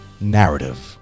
narrative